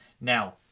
Now